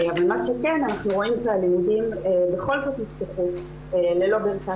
אבל מה שכן אנחנו רואים שהלימודים בכל זאת נפתחו ללא ברכת